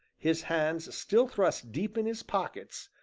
his hands still thrust deep in his pockets,